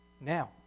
Now